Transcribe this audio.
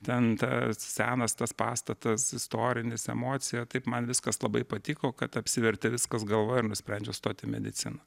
ten tas senas tas pastatas istorinis emocija taip man viskas labai patiko kad apsivertė viskas galvoj ir nusprendžiau stoti į mediciną